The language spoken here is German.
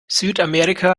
südamerika